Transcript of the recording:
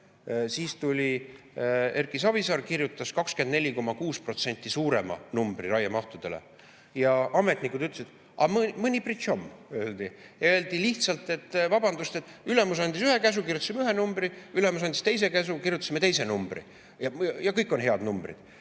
siis tuli Erki Savisaar ja kirjutas 24,6% suurema numbri raiemahtude kohta ning ametnikud ütlesid:a mõ ne pritšom. Öeldi lihtsalt, et vabandust, ülemus andis ühe käsu, kirjutasime ühe numbri, ülemus andis teise käsu, kirjutasime teise numbri, ja kõik on head numbrid.